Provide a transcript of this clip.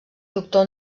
doctor